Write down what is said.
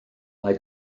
mae